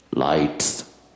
lights